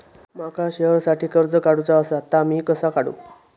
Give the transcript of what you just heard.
माका शेअरसाठी कर्ज काढूचा असा ता मी कसा काढू?